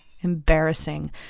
Embarrassing